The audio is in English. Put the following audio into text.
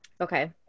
Okay